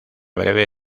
breve